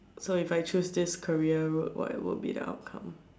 so if I choose this career road what would be the outcome